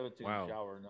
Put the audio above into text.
wow